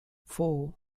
four